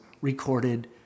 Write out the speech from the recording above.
recorded